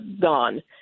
gone